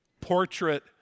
portrait